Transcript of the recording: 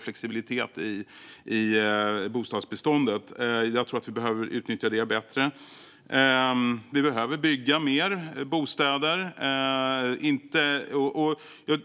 Flexibiliteten i bostadsbeståndet är dålig. Vi behöver utnyttja det bättre. Fler bostäder behöver dessutom byggas.